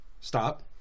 Stop